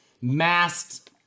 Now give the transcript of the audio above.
masked